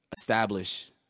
establish